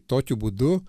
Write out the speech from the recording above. tokiu būdu